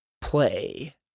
play